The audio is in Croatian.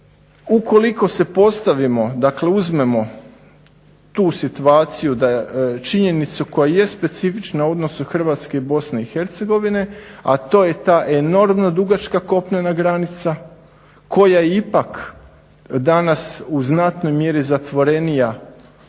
Ukoliko se postavimo, dakle uzmemo tu situaciju da činjenicu koja je specifična u odnosu Hrvatske i Bosne i Hercegovine a to je ta enormno dugačka kopnena granica koja je ipak danas u znatnoj mjeri zatvorenija